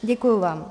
Děkuji vám.